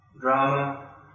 drama